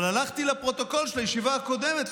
אבל הלכתי לפרוטוקול של הישיבה הקודמת,